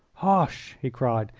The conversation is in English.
hush! he cried.